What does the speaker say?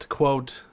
quote